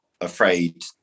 afraid